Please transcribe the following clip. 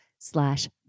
Slash